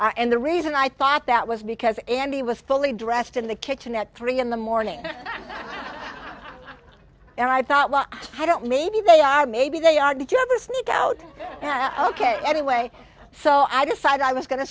and the reason i thought that was because andy was fully dressed in the kitchen at three in the morning and i thought well i don't maybe they are maybe they are due to the sneak out ok anyway so i decided i was going to